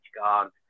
guard